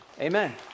Amen